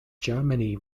germany